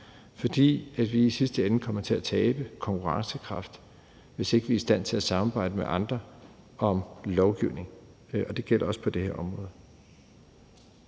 fordi vi i sidste ende kommer til at tabe konkurrencekraft, hvis ikke vi er i stand til at samarbejde med andre om lovgivning, og det gælder også på det her område.